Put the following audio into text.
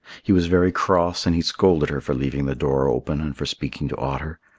he was very cross, and he scolded her for leaving the door open and for speaking to otter.